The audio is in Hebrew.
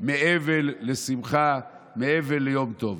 מאבל לשמחה, מאבל ליום טוב.